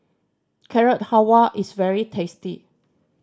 Carrot Halwa is very tasty